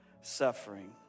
suffering